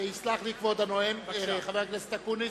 יסלח לי כבוד הנואם חבר הכנסת אקוניס.